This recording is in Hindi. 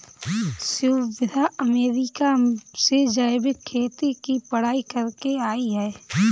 शुभ्रा अमेरिका से जैविक खेती की पढ़ाई करके आई है